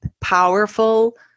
powerful